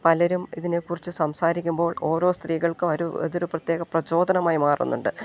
പലരും ഇതിനെക്കുറിച്ച് സംസാരിക്കുമ്പോൾ ഓരോ സ്ത്രീകൾക്കും അവ ഒരു അതൊരു പ്രത്യേക പ്രചോദനമായി മാറുന്നുണ്ട്